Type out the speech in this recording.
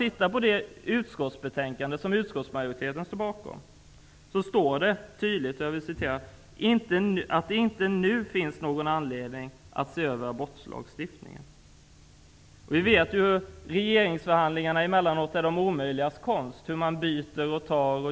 I det utskottsbetänkande som utskottsmajoriteten står bakom står det tydligt att det inte nu finns någon anledning att se över abortlagstiftningen. Vi vet ju att regeringsförhandlingar är det omöjligas konst; man ger och tar.